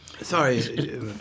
Sorry